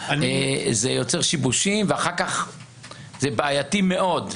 זה יוצר שיבושים, ואחר כך זה בעייתי מאוד.